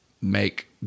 make